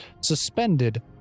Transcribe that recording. suspended